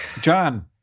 John